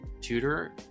tutor